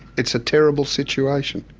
it's a terrible situation.